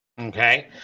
Okay